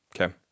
Okay